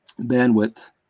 bandwidth